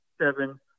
seven